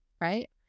right